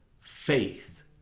faith